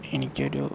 എനിക്കൊരു